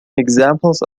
examples